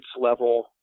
level